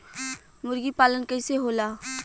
मुर्गी पालन कैसे होला?